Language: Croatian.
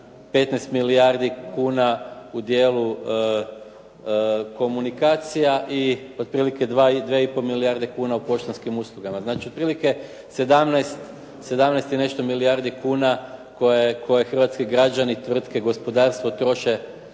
15 milijardi kuna u dijelu komunikacija i otprilike 2,5 milijarde kuna u poštanskim uslugama, znači otprilike 17 i nešto milijardi kuna koji hrvatski građani, tvrtke i gospodarstvo troše